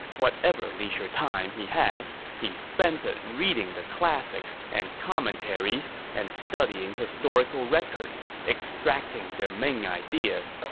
whatever leisure time he has, he spends it reading the classics and commentaries and studying historical records, extracting their main ideas.